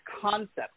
concept